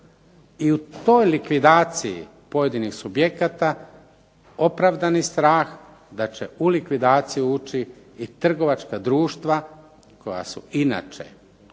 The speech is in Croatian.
I u toj likvidaciji pojedinih subjekata opravdani strah da će u likvidaciju ući i trgovačka društva koja su inače